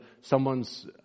someone's